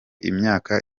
imyaka